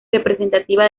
representativa